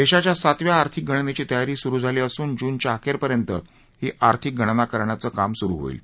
देशाच्या सातव्या आर्थिक गणनेची तयारी सुरु झाली असून जूनच्या अखेरपर्यंत ही आर्थिक गणना करण्याचं काम सुरु होईल